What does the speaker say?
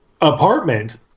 apartment